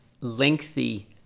lengthy